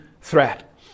threat